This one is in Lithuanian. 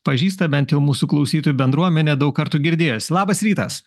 pažįsta bent jau mūsų klausytojų bendruomenė daug kartų girdėjus labas rytas